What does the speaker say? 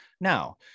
Now